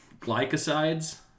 glycosides